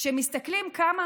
כשמסתכלים כמה